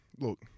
look